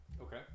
Okay